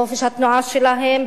בחופש התנועה שלהם,